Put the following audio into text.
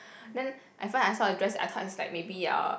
then I find I saw a dress I thought it's like maybe uh